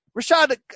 Rashad